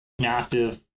massive